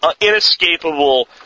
inescapable